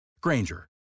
Granger